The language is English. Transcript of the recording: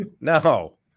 no